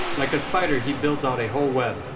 like a spider, he builds out a whole web,